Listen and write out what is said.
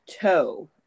toe